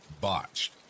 botched